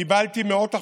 קיבלתי מאות החלטות,